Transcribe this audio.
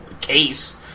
case